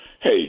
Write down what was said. hey